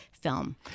film